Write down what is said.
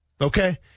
okay